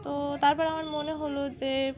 তো তারপর আমার মনে হলো যে